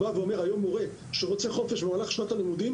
מורה שרוצה היום חופש במהלך שנת הלימודים